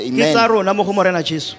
amen